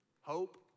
hope